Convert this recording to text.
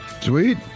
Sweet